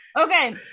Okay